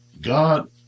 God